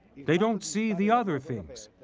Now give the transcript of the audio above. they don't see the other things.